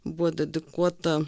buvo dedikuota